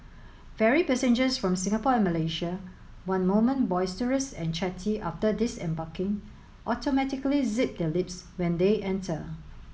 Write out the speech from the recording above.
ferry passengers from Singapore and Malaysia one moment boisterous and chatty after disembarking automatically zip their lips when they enter